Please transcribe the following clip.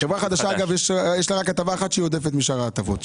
יש רק הטבה אחת שהיא עודפת משאר ההטבות,